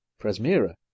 Presmira